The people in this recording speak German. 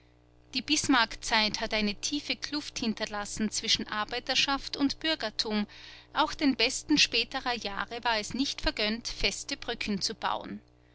die bismarck-zeit hat eine tiefe kluft hinterlassen zwischen arbeiterschaft und bürgertum auch den besten späterer tage war es nicht vergönnt feste brücken zu bauen